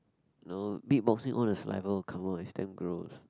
no beatboxing all the saliva will come out is damn gross